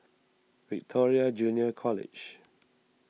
Victoria Junior College